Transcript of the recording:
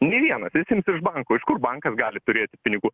nei vienas visi ims iš banko iš kur bankas gali turėti pinigų